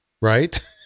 right